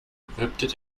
gewölbte